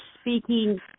speaking